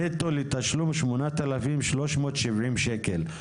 נטו לתשלום שמונת אלפים שלוש מאות שבעים שקל.